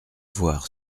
voir